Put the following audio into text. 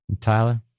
Tyler